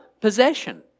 possession